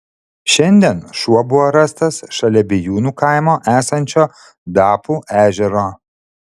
šiandien šuo buvo rastas šalia bijūnų kaimo esančio dapų ežero